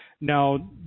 Now